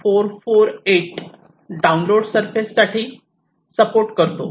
448 Mbps download surface साठी support करतो